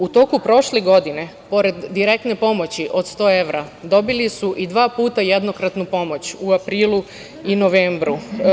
U toku prošle godine pored direktne pomoći od 100 evra dobili su i dva puta jednokratnu pomoć u aprilu i novembru.